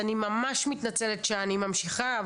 אני ממש מתנצלת שאני ממשיכה,